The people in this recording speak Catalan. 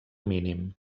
mínim